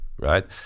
right